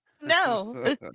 No